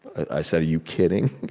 i said, are you kidding?